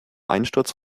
einsturz